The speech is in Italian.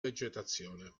vegetazione